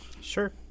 Sure